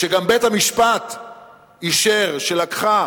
שגם בית-המשפט אישר שלקחה